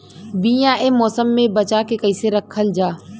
बीया ए मौसम में बचा के कइसे रखल जा?